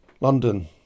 London